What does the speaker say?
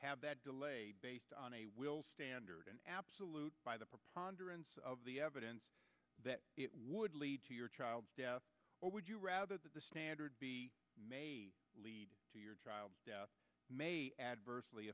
that delay based on a standard and absolute by the preponderance of the evidence that it would lead to your child's death or would you rather that the standard be may lead to your child's death may adversely